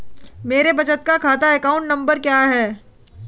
मेरे बचत खाते का अकाउंट नंबर क्या है?